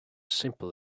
simple